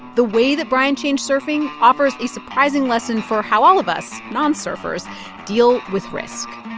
the way that brian changed surfing offers a surprising lesson for how all of us nonsurfers deal with risk